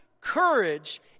courage